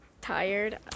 Tired